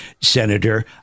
Senator